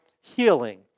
healing